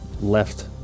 left